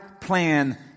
plan